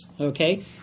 okay